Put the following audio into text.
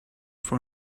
for